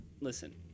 listen